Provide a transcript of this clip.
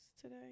today